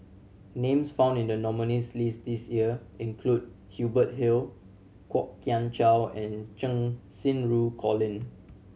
names found in the nominees' list this year include Hubert Hill Kwok Kian Chow and Cheng Xinru Colin